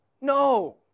No